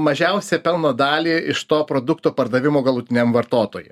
mažiausią pelno dalį iš to produkto pardavimo galutiniam vartotojui